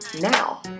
now